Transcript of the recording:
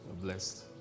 blessed